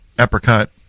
apricot